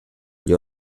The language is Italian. gli